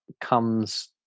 comes